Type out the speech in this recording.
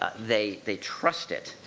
ah they they trust it.